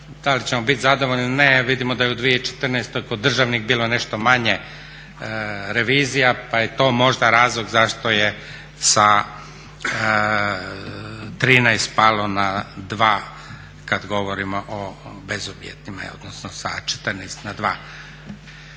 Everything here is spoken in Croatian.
da li ćemo biti zadovoljni ili ne, vidimo da je u 2014. kod državnih bilo nešto manje revizija pa je to možda razlog zašto je sa 13 palo na 2 kad govorimo o bezuvjetnima odnosno sa 14 na 2.